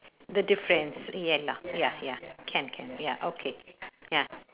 the difference ya ya ya ya can can ya okay ya